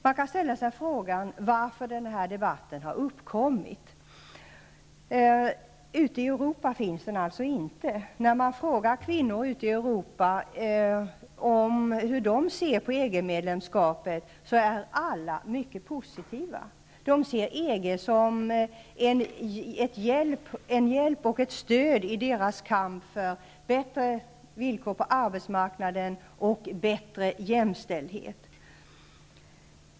Man kan fråga sig varför denna debatt har uppkommit -- den förs alltså inte ute i Europa. När kvinnor i Europa tillfrågas om deras syn på EG medlemskapet är alla mycket positivt inställda. De ser EG som en hjälp och ett stöd i deras kamp för bättre villkor på arbetsmarknaden och större jämställdhet.